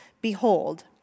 Behold